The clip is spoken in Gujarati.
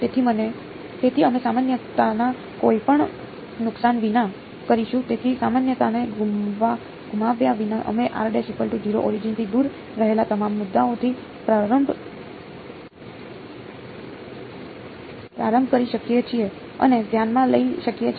તેથી અમે સામાન્યતાના કોઈપણ નુકસાન વિના કરીશું તેથી સામાન્યતાને ગુમાવ્યા વિના અમે ઓરિજિન થી દૂર રહેલા તમામ મુદ્દાઓથી પ્રારંભ કરી શકીએ છીએ અને ધ્યાનમાં લઈ શકીએ છીએ